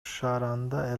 шаарында